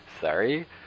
sorry